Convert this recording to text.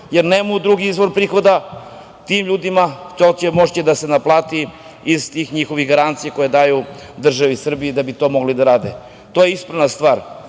jer nemaju drugi izvor prihoda, tim ljudima moći će da se naplati iz tih njihovih garancija koje daju državi Srbije da bi to mogli da rade. To je ispravna stvar. Jedna